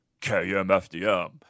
KMFDM